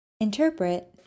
Interpret